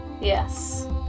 Yes